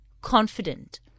confident